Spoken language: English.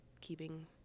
keeping